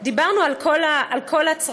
דיברנו על כל הצרכים,